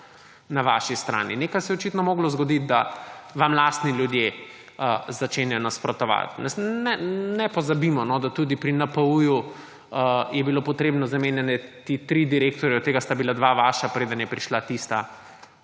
na vaši strani. Nekaj se je očitno moglo zgoditi, da vam lastni ljudje začenjajo nasprotovati. Ne pozabimo, da tudi pri NPU je bilo treba zamenjati tri direktorje, od tega sta bila dva vaša, preden je prišla tista,